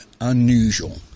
unusual